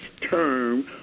term